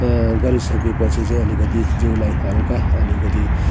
गरी सकेपछि चाहिँ अलिकति जिउलाई हल्का अलिअलि